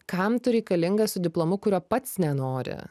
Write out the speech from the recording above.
kam tu reikalingas su diplomu kurio pats nenori